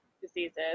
diseases